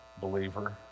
believer